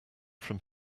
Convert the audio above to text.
from